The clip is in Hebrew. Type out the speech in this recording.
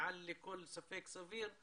מעל לכל ספק סביר,